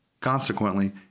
Consequently